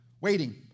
waiting